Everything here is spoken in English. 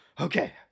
Okay